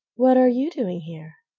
what are you doing here?